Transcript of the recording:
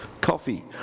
coffee